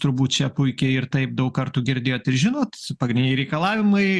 turbūt čia puikiai ir taip daug kartų girdėjot ir žinot pagrindiniai reikalavimai